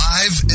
Live